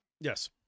yes